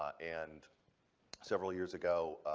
and several years ago,